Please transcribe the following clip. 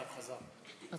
חזר?